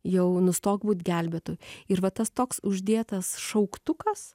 jau nustok būt gelbėtoju ir va tas toks uždėtas šauktukas